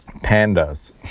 pandas